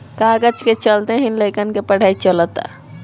कागज के चलते ही लइकन के पढ़ाई चलअता